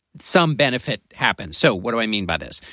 some benefit happens so what do i mean by this?